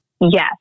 Yes